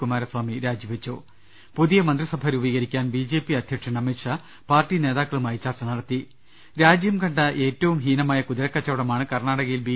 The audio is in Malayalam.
കുമാരസ്വാമി രാജിവെച്ചു പുതിയ മന്ത്രിസഭ രൂപീകരിക്കാൻ ബി ജെ പി അധ്യക്ഷൻ അമിത്ഷാ പാർട്ടി നേതാക്കളുമായി ചർച്ച നടത്തി രാജ്യം കണ്ട ഏറ്റവും ഹീനമായ കുതിരകച്ചവടമാണ് കർണാടകയിൽ ബി